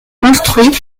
construit